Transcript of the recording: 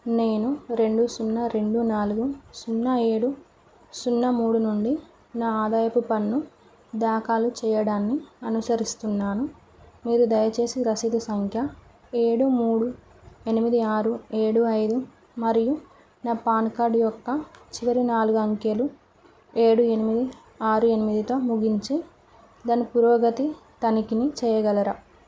నేను రెండు సున్నా రెండు నాలుగు సున్నా ఏడు సున్నా మూడు నుండి నా ఆదాయపు పన్ను దాఖాలు చేయడాన్ని అనుసరిస్తున్నాను మీరు దయచేసి రసీదు సంఖ్య ఏడు మూడు ఎనిమిది ఆరు ఏడు ఐదు మరియు నా పాన్ కార్డు యొక్క చివరి నాలుగు అంకెలు ఏడు ఎనిమిది ఆరు ఎనిమిదితో ముగించి దాని పురోగతి తనిఖిని చేయగలరా